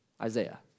Isaiah